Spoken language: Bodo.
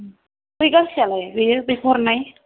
बै गांसेयालाय बियो बेखौ हरनाय